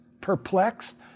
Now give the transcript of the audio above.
Perplexed